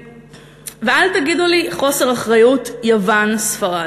ואל תגידו לי: חוסר אחריות, יוון, ספרד.